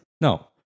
no